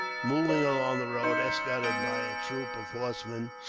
moving along the road, escorted by a troop of horsemen.